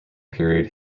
period